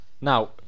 now